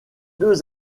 deux